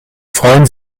freuen